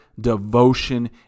devotion